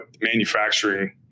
manufacturing